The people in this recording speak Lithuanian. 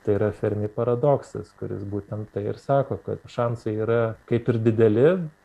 tai yra fermi paradoksas kuris būtent tai ir sako kad šansai yra kaip ir dideli